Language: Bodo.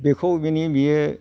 बेखौ बेनि बियो